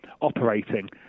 operating